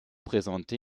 présente